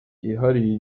yihariye